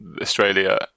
australia